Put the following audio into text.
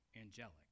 angelic